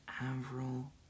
Avril